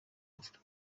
africa